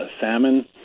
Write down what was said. salmon